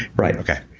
right. okay.